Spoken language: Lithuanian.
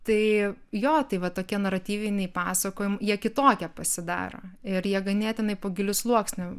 tai jo tai va tokie naratyviniai pasakojimai jie kitokie pasidaro ir jie ganėtinai po giliu sluoksniu